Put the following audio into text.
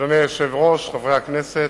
אדוני היושב-ראש, חברי הכנסת,